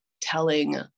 telling